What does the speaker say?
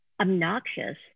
obnoxious